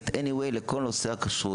מוסמכת בכל מקרה לכל נושא הכשרות.